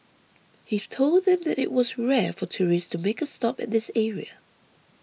he told them that it was rare for tourists to make a stop at this area